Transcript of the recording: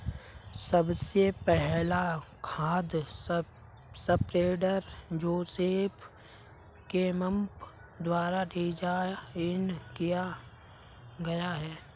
सबसे पहला खाद स्प्रेडर जोसेफ केम्प द्वारा डिजाइन किया गया था